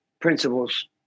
principles